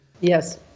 Yes